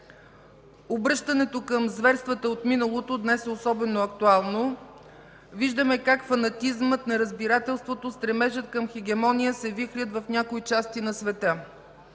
Обръщането към зверствата от миналото днес е особено актуално. Виждаме как фанатизмът, неразбирателството, стремежът към хегемония се вихрят в някои части на света,